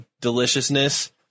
deliciousness